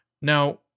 Now